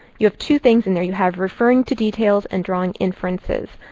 you have two things in there. you have referring to details and drawing inferences.